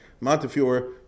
Montefiore